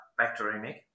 bacteremic